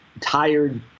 tired